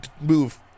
move